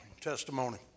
testimony